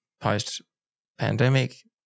post-pandemic